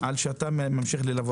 על שאתה ממשיך ללוות את הנושא הזה.